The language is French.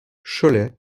cholet